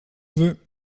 veux